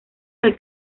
del